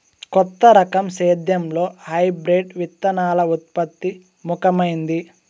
కొత్త రకం సేద్యంలో హైబ్రిడ్ విత్తనాల ఉత్పత్తి ముఖమైంది